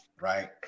right